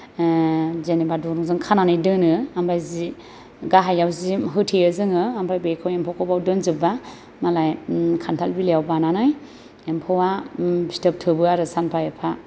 जेनेबा दुरुंजों खानानै दोनो ओमफ्राय जि गाहायाव जि होथेयो जोङो ओमफ्राय बेखौ एम्फौखौ बेव दोनजोब्बा मालाय खान्थाल बिलाइयाव बानानै एम्फौआ फिथोब थोबो आरो सानफा एफा